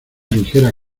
ligera